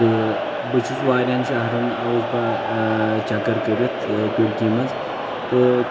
تہٕ بہٕ چھُس واریاہَن شہرَن آوُس بہٕ چکر کٔرِتھ تُرکی منٛز تہٕ